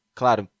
claro